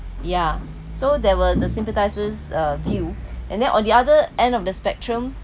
ya so there were the sympathisers uh view and then on the other end of the spectrum